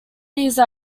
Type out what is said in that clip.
these